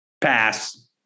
Pass